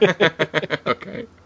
okay